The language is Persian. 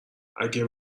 اگر